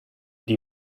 die